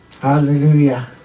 Hallelujah